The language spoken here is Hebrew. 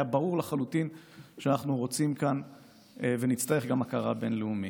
היה ברור לחלוטין שאנחנו רוצים כאן ונצטרך גם הכרה בין-לאומית.